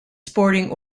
sporting